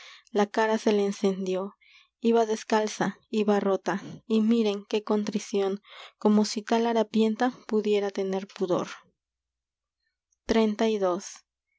se cara le encendió iba descalza iba rota y miren qué contrición si tal harapienta como pudiera tener pudor